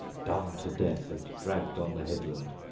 done to death and dragged on the headland,